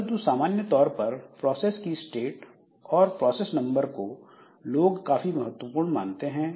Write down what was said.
परंतु सामान्य तौर पर प्रोसेस की स्टेट और प्रोसेस नंबर को लोग काफी महत्वपूर्ण मानते हैं